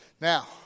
Now